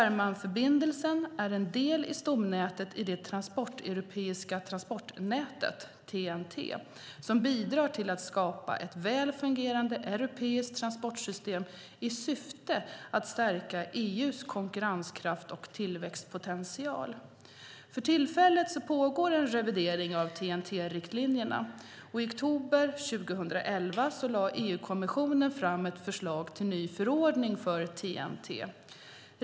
Fehmarnförbindelsen är en del i stomnätet i det transeuropeiska transportnätet som bidrar till att skapa ett väl fungerande europeiskt transportsystem i syfte att stärka EU:s konkurrenskraft och tillväxtpotential. För tillfället pågår en revidering av TEN-T-riktlinjerna. I oktober 2011 lade EU-kommissionen fram ett förslag till ny förordning för TEN-T.